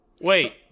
Wait